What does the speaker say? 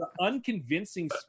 unconvincing